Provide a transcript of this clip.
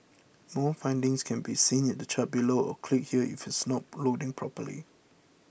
more findings can be seen in the chart below or click here if it's not loading properly